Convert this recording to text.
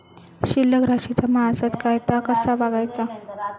शिल्लक राशी जमा आसत काय ता कसा बगायचा?